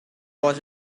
was